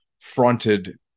fronted